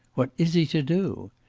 what is he to do?